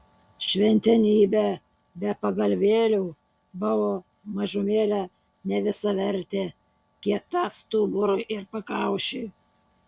šventenybė be pagalvėlių buvo mažumėlę nevisavertė kieta stuburui ir pakaušiui